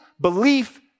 belief